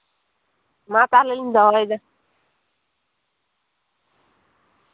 ᱢᱟ ᱛᱟᱦᱞᱮ ᱞᱤᱧ ᱫᱚᱦᱚᱭᱫᱟ